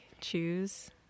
choose